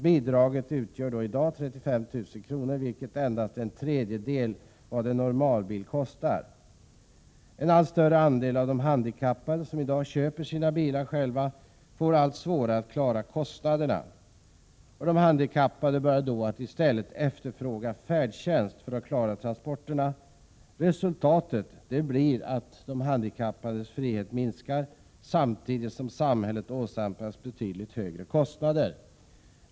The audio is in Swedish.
Bidraget utgör i dag 35 000 kr., vilket är endast 1/3 av vad en normalbil kostar. En allt större del av de handikappade som i dag köper sina bilar själva får allt svårare att klara kostnaderna, och de börjar då att i stället efterfråga färdtjänst för att klara transporterna. Resultatet blir att de handikappades frihet minskar samtidigt som samhället åsamkas betydligt högre kostnader.